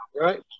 right